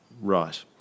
Right